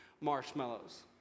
marshmallows